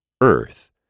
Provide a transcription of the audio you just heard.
Earth